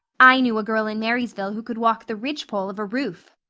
i knew a girl in marysville who could walk the ridgepole of a roof.